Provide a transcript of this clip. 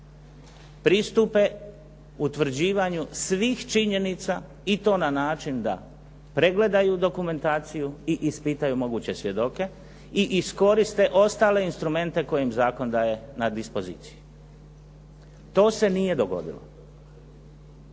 pristupe utvrđivanju svih činjenica i to na način da pregledaju dokumentaciju i ispitaju moguće svjedoke i iskoriste ostale instrumente koje im zakon daje na dispoziciji. To se nije dogodilo.